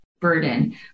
burden